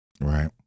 Right